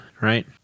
Right